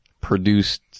produced